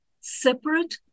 separate